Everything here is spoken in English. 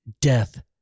death